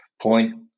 point